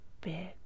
big